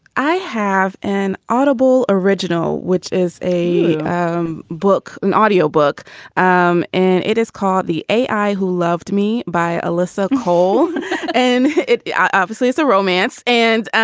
i have an audible original, which is a um book, an audio book, um and it is called the a i who loved me by alissa cole and yeah obviously it's a romance and